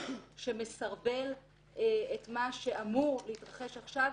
שמסרבל את מה שאמור להתרחש עכשיו,